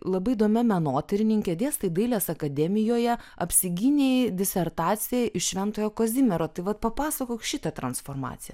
labai įdomia menotyrininke dėstai dailės akademijoje apsigynei disertaciją iš šventojo kazimiero taip pat papasakok šitą transformaciją